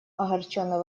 огорченно